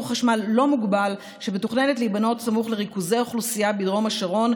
חשמל לא מוגבל שמתוכננת להיבנות סמוך לריכוזי אוכלוסייה בדרום השרון,